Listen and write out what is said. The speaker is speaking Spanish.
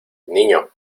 niño